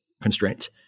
constraints